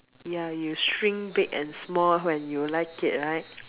ya you shrink big and small when you like it right